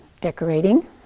decorating